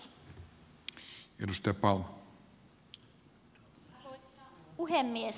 arvoisa puhemies